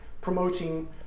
promoting